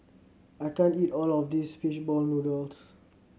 I can't eat all of this fish ball noodles